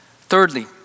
Thirdly